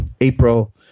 April